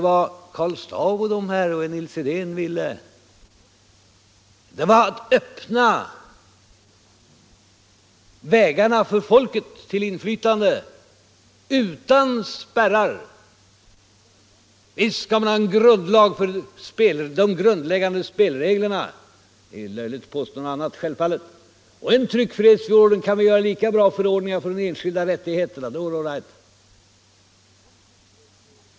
Vad Karl Staaff och Nils Edén ville var att för folket öppna vägarna till inflytande utan spärrar. Visst skall man ha en grundlag för de grundläggande spelreglerna — det är självfallet löjligt att påstå något annat. Och i en tryckfrihetsförordning kan vi göra lika bra regler för de enskilda rättigheterna. Där är det all right.